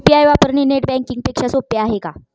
UPI वापरणे net banking पेक्षा सोपे आहे का?